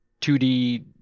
2D